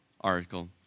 article